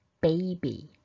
baby